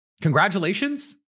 Congratulations